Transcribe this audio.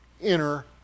inner